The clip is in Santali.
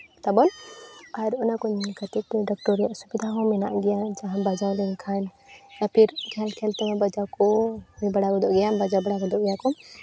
ᱛᱚᱵᱮ ᱟᱨ ᱚᱱᱟ ᱠᱚ ᱧᱮᱞ ᱠᱟᱛᱮᱫ ᱛᱮ ᱰᱟᱠᱛᱚᱨ ᱨᱮᱭᱟᱜ ᱥᱩᱵᱤᱫᱷᱟ ᱦᱚᱸ ᱢᱮᱱᱟᱜ ᱜᱮᱭᱟ ᱡᱟᱦᱟᱸᱭ ᱵᱟᱡᱟᱣ ᱞᱮᱱᱠᱷᱟᱱ ᱠᱷᱮᱞ ᱠᱷᱮᱞ ᱛᱮᱦᱚᱸ ᱵᱟᱡᱟᱣ ᱠᱚ ᱦᱩᱭ ᱵᱟᱲᱟ ᱜᱚᱫᱚᱜ ᱜᱮᱭᱟ ᱵᱟᱡᱟᱣ ᱵᱟᱲᱟ ᱜᱚᱫᱚᱜ ᱜᱮᱭᱟ ᱠᱚ